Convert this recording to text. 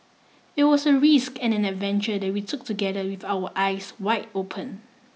it was a risk and an adventure that we took together with our eyes wide open